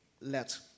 let